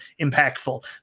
impactful